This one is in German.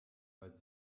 weiß